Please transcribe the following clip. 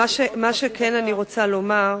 מה שכן אני רוצה לומר,